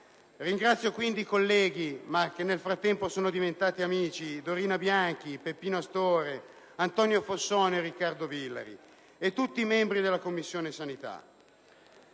Ringrazio quindi i colleghi, che nel frattempo sono diventati amici, Dorina Bianchi, Peppino Astore, Antonio Fosson, Riccardo Villari e tutti i membri della Commissione sanità.